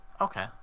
Okay